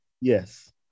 Yes